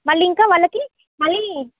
మళ్ళీ ఇంకా వాళ్ళకి మళ్ళీ